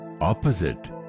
opposite